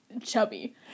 chubby